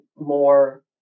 more